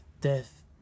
death